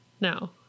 No